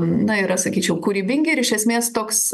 na yra sakyčiau kūrybingi ir iš esmės toks